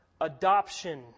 Adoption